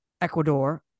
Ecuador